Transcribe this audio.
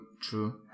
true